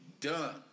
done